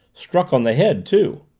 struck on the head, too.